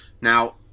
now